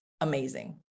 amazing